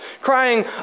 crying